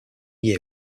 year